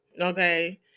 okay